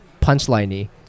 punchline-y